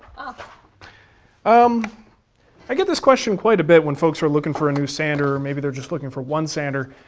ah um i get this question quite a bit when folks are looking for a new sander, or maybe they're just looking for one sander.